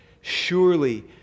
Surely